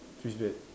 twist that